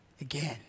again